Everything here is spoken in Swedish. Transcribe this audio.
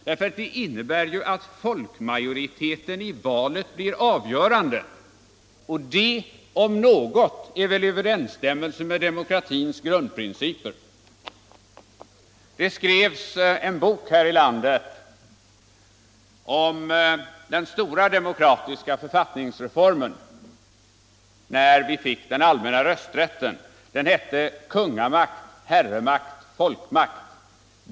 Den innebär att folkmajoriteten i valet blir avgörande — och det om något är väl i överensstämmelse med demokratins grundprincip! Det skrevs en bok här i landet om den stora demokratiska författningsreformen när vi fick den allmänna rösträtten. Den hette Kungamakt, herremakt, folkmakt.